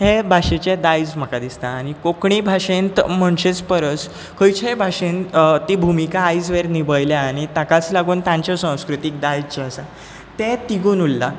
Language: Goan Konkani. हें भाशेचें दायज म्हाका दिसता आनी कोंकणी भाशेंत म्हणचेच परस खंयचेय भाशेन ती भुमिका आयजवेर निभयल्या आनी ताकाच लागून तांचें संस्कृतीक दायज जें आसा तें तिगून उरलां